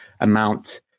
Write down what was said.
amount